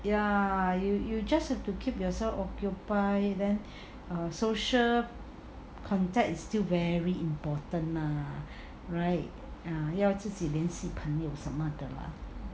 ya you you just have to keep yourself occupied then social contact is still very important lah right 要自己联系朋友什么的 mah